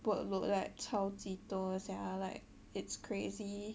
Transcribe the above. workload like 超级多 sia like it's crazy